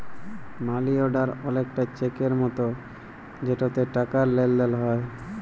মালি order অলেকটা চ্যাকের মতো যেটতে টাকার লেলদেল হ্যয়